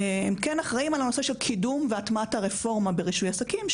הם כן אחראים על הנושא של קידום והטמעת הרפורמה ברישוי עסקים,